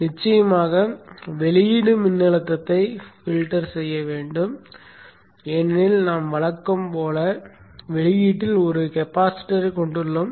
நிச்சயமாக வெளியீடு மின்னழுத்தத்தை பில்டர் செய்ய வேண்டும் ஏனெனில் நாம் வழக்கம் போல் வெளியீட்டில் ஒரு கெப்பாசிட்டரை கொண்டுள்ளோம்